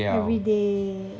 吃好料